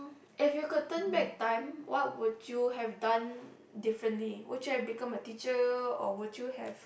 if you could turn back time what would you have done differently would you have become a teacher or would you have